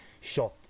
shot